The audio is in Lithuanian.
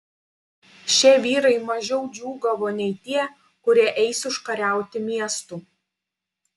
šie vyrai mažiau džiūgavo nei tie kurie eis užkariauti miestų